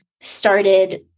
started